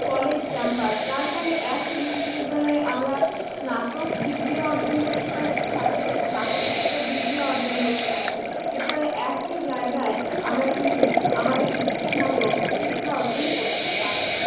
college campus যার ফলে একই বিশ্ববিদ্যালয়ে আমরা স্নাতক ডিগ্রী অর্জন করতে পারছি সাথে সাথে স্নাতকোত্তর ডিগ্রী অর্জন করতে পারছি এর ফলে একই জায়গায় আমরা কিন্তু আমাদের ইচ্ছেমতো শিক্ষা অর্জন করতে পারছি